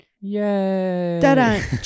Yay